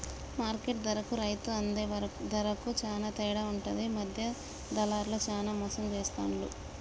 market ధరకు రైతు అందే ధరకు చాల తేడా ఉంటది మధ్య దళార్లు చానా మోసం చేస్తాండ్లు